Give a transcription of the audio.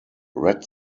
red